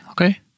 okay